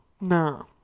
No